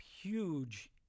huge